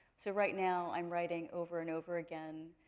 so right now i am writing, over and over again,